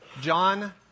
John